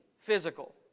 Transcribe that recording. physical